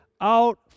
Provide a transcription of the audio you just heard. out